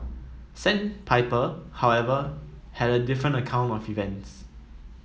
sandpiper however had a different account of events